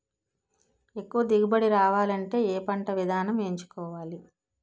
ఎక్కువ దిగుబడి రావాలంటే ఏ పంట విధానం ఎంచుకోవాలి?